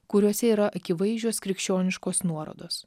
kuriuose yra akivaizdžios krikščioniškos nuorodos